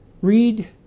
read